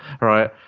right